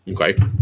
Okay